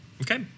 Okay